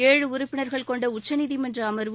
ஏழு உறுப்பினர்கள் கொண்ட உச்சநீதிமன்ற அமர்வு